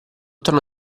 tono